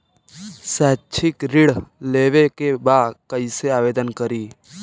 शैक्षिक ऋण लेवे के बा कईसे आवेदन करी?